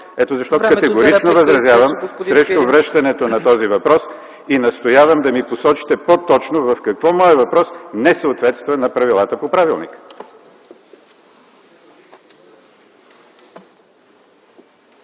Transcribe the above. Ето защо категорично възразявам срещу връщането на този въпрос и настоявам да ми посочите по-точно в какво моя въпрос не съответства на правилата по правилника?!